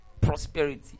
prosperity